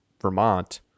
Vermont